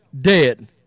dead